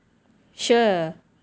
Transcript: sure